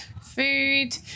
food